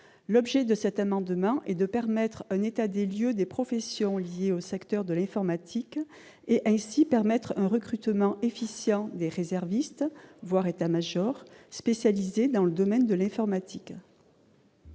réserve. Cet amendement a pour objet de fournir un état des lieux des professions liées au secteur de l'informatique et, ainsi, de favoriser un recrutement efficient de réservistes voie état-major spécialisés dans le domaine de l'informatique.